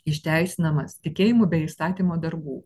išteisinamas tikėjimu be įstatymo darbų